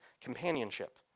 companionship